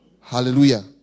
Hallelujah